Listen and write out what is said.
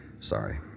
Sorry